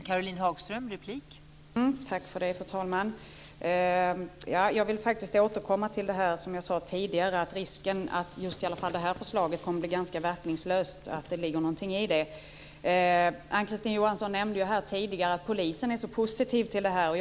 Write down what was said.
Fru talman! Jag vill faktiskt återkomma till det som jag sade tidigare, att det ligger någonting i att det finns risk för att just det här förslaget kommer att bli ganska verkningslöst. Ann-Kristine Johansson nämnde här tidigare att polisen är så positiv till lagen.